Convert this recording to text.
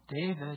David